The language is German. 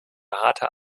harter